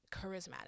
charismatic